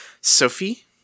Sophie